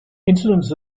incidents